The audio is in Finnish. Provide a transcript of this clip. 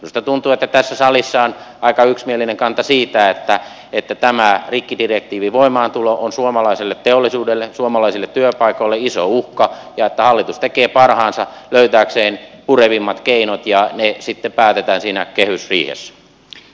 minusta tuntuu että tässä salissa on aika yksimielinen kanta siitä että tämä rikkidirektiivin voimaantulo on suomalaiselle teollisuudelle suomalaisille työpaikoille iso uhka ja hallitus tekee parhaansa löytääkseen purevimmat keinot ja ne sitten päätetään siinä kehysriihessä